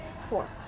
Four